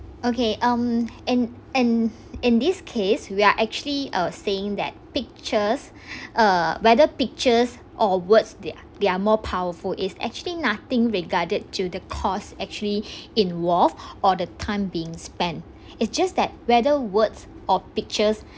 okay um and and in this case we are actually uh saying that pictures uh whether pictures or words they're they're are more powerful is actually nothing regarded to the cost actually involved or the time being spent it's just that whether words or pictures